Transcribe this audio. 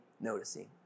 noticing